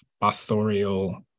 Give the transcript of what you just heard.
authorial